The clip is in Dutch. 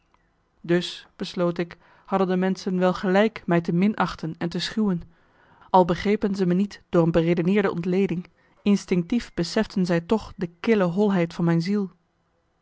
dus besloot ik hadden de menschen wel gelijk mij te minachten en te schuwen al begrepen zij me niet door een beredeneerde ontleding instinctief beseften zij toch de kille holheid van mijn ziel